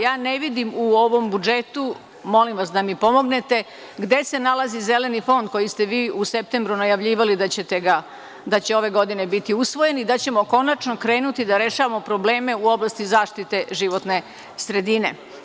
Ja ne vidim u ovom budžetu, molim vas da mi pomognete, gde se nalazi zeleni fond koji ste vi u septembru najavljivali da će ove godine biti usvojen i da ćemo konačno krenuti da rešavamo probleme u oblasti zaštite životne sredine?